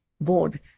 board